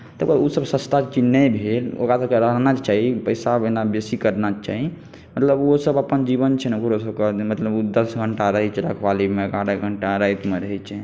तकरबाद ओसभ सस्ता चीज नहि भेल ओकरासभके रहना चाही पैसा बिना बेसी करना चाही मतलब ओहोसभ अपन जीवन छै ने ओकरोसभके जे मतलब दस घण्टा रहैत छै रखवालीमे एगारह घण्टा रातिमे रहैत छै